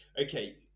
okay